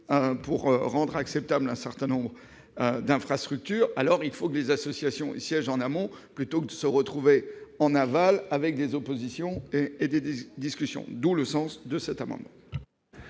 pour rendre acceptable un certain nombre d'infrastructures -, alors il faut que les associations y siègent, en amont ; à défaut, on se retrouve, en aval, avec des oppositions et des discussions. La parole est à Mme